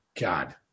God